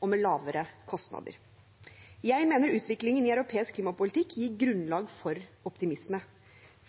og med lavere kostnader. Jeg mener utviklingen i europeisk klimapolitikk gir grunnlag for optimisme.